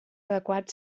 adequat